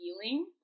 feeling